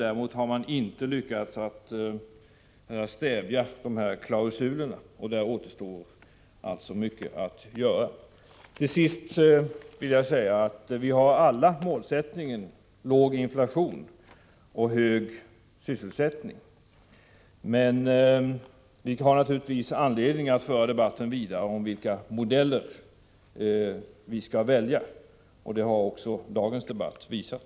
Däremot har man inte lyckats stävja de här klausulerna, och där återstår alltså mycket att göra. Till sist vill jag säga att vi har alla målsättningen låg inflation och hög sysselsättning. Men det finns naturligtvis anledning att föra debatten vidare om vilka modeller som skall väljas, och det har även dagens diskussion visat.